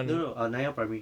no no no uh 南洋 primary